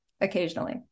occasionally